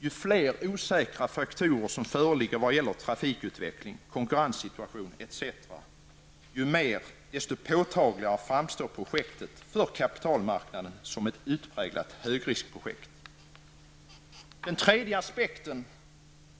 Ju fler osäkra faktorer som föreligger vad gäller trafikutveckling, konkurrenssituation etc., desto påtagligare framstår projektet för kapitalmarknaden som ett utpräglat högriskprojekt. Den tredje aspekten